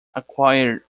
acquired